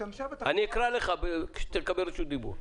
אני אקרא לך כשתקבל רשות דיבור.